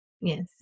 Yes